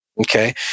Okay